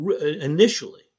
initially